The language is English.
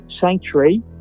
sanctuary